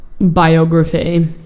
biography